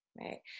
right